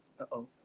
Uh-oh